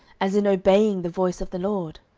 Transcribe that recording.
as in obeying the voice of the lord?